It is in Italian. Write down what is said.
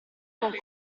con